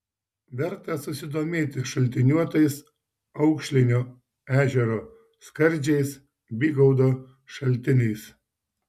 verta susidomėti šaltiniuotais aukšlinio ežero skardžiais bygaudo šaltiniais